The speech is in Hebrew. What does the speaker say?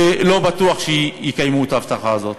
ולא בטוח שיקיימו את ההבטחה הזאת,